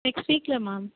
next வீக்கில் ma'am